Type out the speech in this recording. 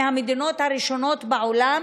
היא מהמדינות הראשונות בעולם